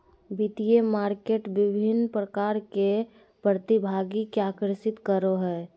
वित्तीय मार्केट विभिन्न प्रकार के प्रतिभागि के आकर्षित करो हइ